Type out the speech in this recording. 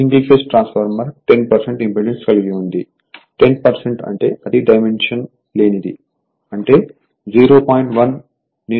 single phase transformer 10 impedance కలిగి ఉంది 10 అంటే అది డైమెన్షన్ లేనిది అంటే 0